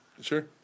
Sure